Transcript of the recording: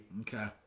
Okay